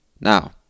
now